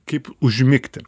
kaip užmigti